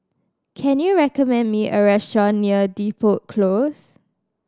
can you recommend me a restaurant near Depot Close